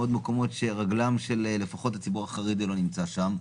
מעוד מקומות שלפחות רגלו של הציבור החרדי לא דורכת שם.